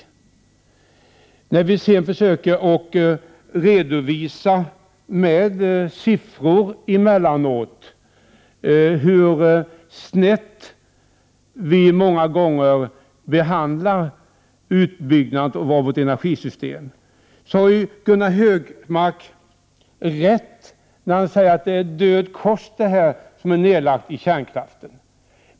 Emellanåt försöker vi redovisa med siffror hur snett vi många gånger behandlar utbyggnaden av vårt energisystem, och Gunnar Hökmark har rätt när han säger att det är död kostnad som har lagts ned i kärnkraften.